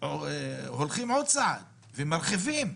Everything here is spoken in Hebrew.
הולכים עוד צעד ומרחיבים,